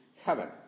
heaven